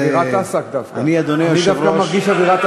איך שמת לב?